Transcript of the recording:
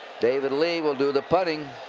david lee will do the punting.